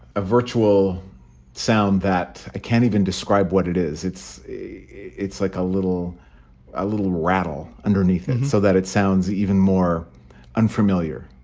a virtual sound that i can't even describe what it is. it's it's like a little a little rattle underneath it so that it sounds even more unfamiliar